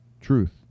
Truth